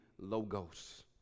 logos